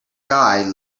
guy